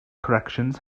corrections